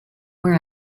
where